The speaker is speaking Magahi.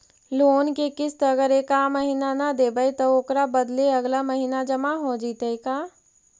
लोन के किस्त अगर एका महिना न देबै त ओकर बदले अगला महिना जमा हो जितै का?